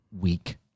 week